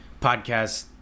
podcast